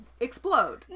explode